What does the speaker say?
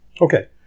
Okay